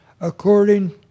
according